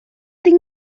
tinc